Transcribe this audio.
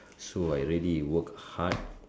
so I really work hard